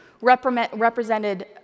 represented